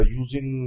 using